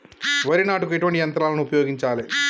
వరి నాటుకు ఎటువంటి యంత్రాలను ఉపయోగించాలే?